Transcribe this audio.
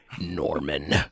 Norman